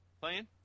playing